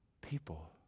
people